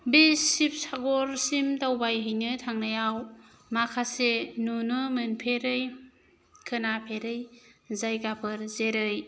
बे शिबसागरसिम दावबायहैनो थांनायाव माखासे नुनो मोनफेरै खोनाफेरै जायगाफोर जेरै